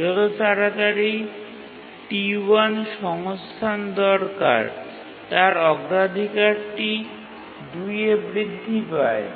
যত তাড়াতাড়ি T1 সংস্থান দরকার এর অগ্রাধিকারটি 2 এ বৃদ্ধি পায়